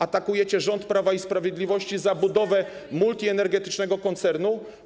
atakujecie rząd Prawa i Sprawiedliwości za budowę multienergetycznego koncernu?